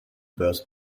buit